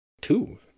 Two